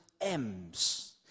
M's